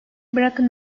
bırakın